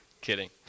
kidding